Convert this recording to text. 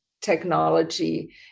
technology